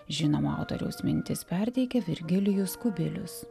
žinomo autoriaus mintis perteikia virgilijus kubilius